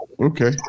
Okay